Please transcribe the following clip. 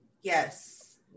Yes